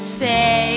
say